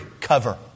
Cover